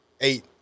eight